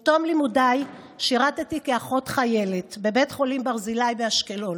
עם תום לימודיי שירתי כאחות חיילת בבית חולים ברזילי באשקלון.